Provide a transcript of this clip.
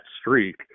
streak